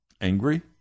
angry